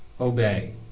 obey